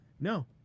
no